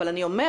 אבל אני אומרת,